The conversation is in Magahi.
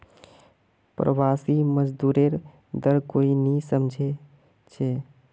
प्रवासी मजदूरेर दर्द कोई नी समझे छे